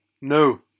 No